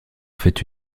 fait